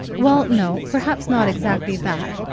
well, no, perhaps not exactly that,